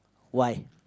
why